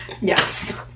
yes